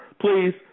Please